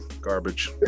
garbage